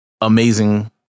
amazing